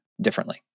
differently